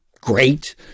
Great